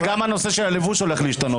אבל גם הנושא של הלבוש הולך להשתנות.